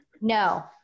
No